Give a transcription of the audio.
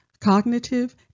cognitive